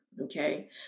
Okay